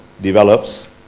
develops